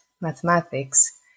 mathematics